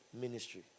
ministry